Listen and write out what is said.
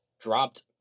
dropped